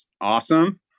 Awesome